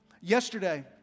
Yesterday